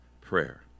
prayer